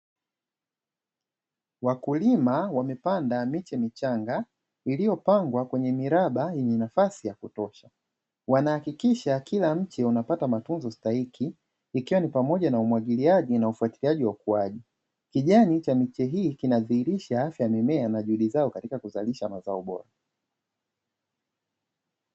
Wakulima wamepanda miche michanga ilivyopangwa kwenye miraba yenye nafasi ya kutosha, wanahakikisha kila mche unapata matunzo stahiki ikiwa ni pamoja na umwagiliaji na ufuatiliaji wa ukuaji, kijani cha miche hii kinadhihirisha afya ya mimea na juhudi zao katika kuzalisha mazao yaliyobora.